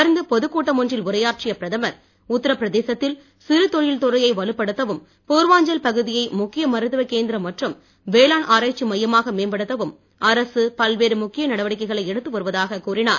தொடர்ந்து பொதுக்வகூட்டம் ஒன்றில் உரையாற்றிய பிரதமர் உத்தரப்பிரதேசத்தில் சிறுதொழல் துறையை வலுப்படுத்தவும் பூர்வாஞ்சல் பகுதியை முக்கிய மருத்துவக் கேந்திரம் மற்றும் வேளாண் ஆராய்ச்சி மையமாக மேம்படுத்தவும் அரசு பல்வேறு முக்கிய நடவடிக்கைகளை எடுத்துவருவதாகக் கூறினார்